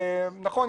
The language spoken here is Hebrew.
נכון,